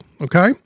Okay